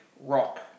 rock